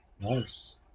Nice